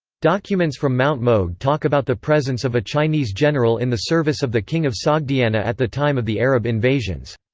documents from mt. mogh talk about the presence of a chinese general in the service of the king of sogdiana at the time of the arab invasions.